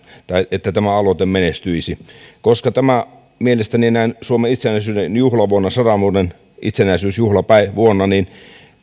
että se menestyisi tämä mielestäni näin suomen itsenäisyyden juhlavuonna sadan vuoden itsenäisyysjuhlavuonna